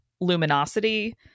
luminosity